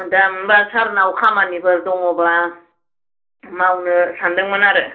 दा मोनबा सारनाव खामानिफोर दङब्ला मावनो सानदोंमोन आरो